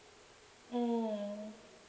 mm